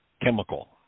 chemical